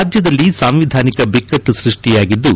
ರಾಜ್ಯದಲ್ಲಿ ಸಾಂವಿಧಾನಿಕ ಬಿಕ್ಕಟ್ಟು ಸೃಷ್ಟಿಯಾಗಿದ್ದು